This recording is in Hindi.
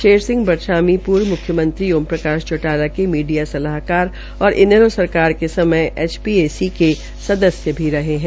शेर सिंह बड़शामी पूर्व मुख्यमंत्री ओम प्रकाश चोटाला के मीडिया सलाहकार और इनैलों सरकार के समय एचपीएसी के सदस्य भी रहे है